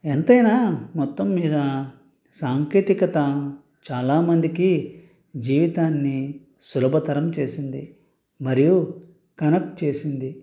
ఎంతైనా మొత్తం మీద సాంకేతికత చాలా మందికి జీవితాన్ని సులభతరం చేసింది మరియు కనెక్ట్ చేసింది